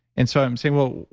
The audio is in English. and so i'm saying, well,